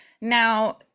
Now